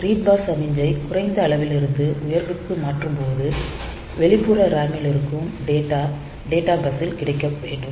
read bar சமிக்ஞை குறைந்த அளவிலிருந்து உயர்விற்கு மாற்றும்போது வெளிப்புற RAM லிருக்கும் டேட்டா டேட்டா பஸ்ஸில் கிடைக்க வேண்டும்